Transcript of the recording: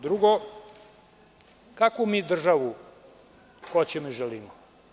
Drugo, kakvu mi državu hoćemo i želimo?